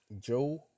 Joe